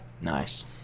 Nice